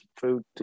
food